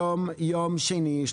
היום יום שני,